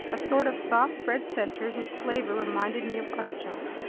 a sort of soft bread center whose flavor reminded me of artichoke.